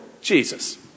Jesus